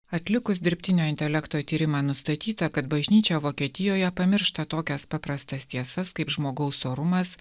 atlikus dirbtinio intelekto tyrimą nustatyta kad bažnyčia vokietijoje pamiršta tokias paprastas tiesas kaip žmogaus orumas